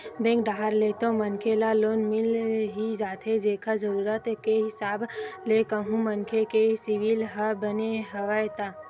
bank डाहर ले तो मनखे ल लोन मिल ही जाथे ओखर जरुरत के हिसाब ले कहूं मनखे के सिविल ह बने हवय ता